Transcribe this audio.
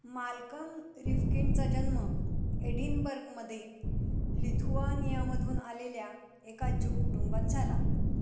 Malcolm रिफकिनचा जन्म एडिनबर्गमध्ये लिथुवानियामधून आलेल्या एका ज्यू कुटुंबात झाला